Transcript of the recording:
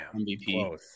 MVP